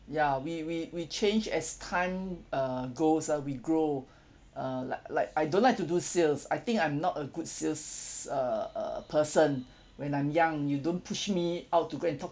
ya we we we change as time err goes ah we grow uh like like I don't like to do sales I think I'm not a good sales uh uh person when I'm young you don't push me out to go and talk